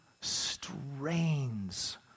strains